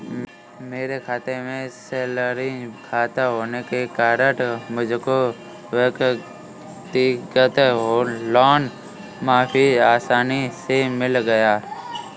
मेरा बैंक में सैलरी खाता होने के कारण मुझको व्यक्तिगत लोन काफी आसानी से मिल गया